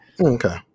Okay